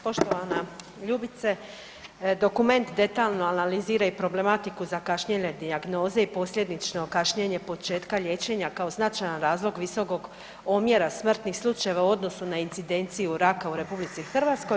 Poštovana Ljubice dokument detaljno analizira i problematiku zakašnjele dijagnoze i posljedično kašnjenje početka liječenja kao značajan razlog visokog omjera smrtnih slučajeva u odnosu na incidenciju raka u Republici Hrvatskoj.